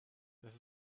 das